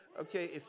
Okay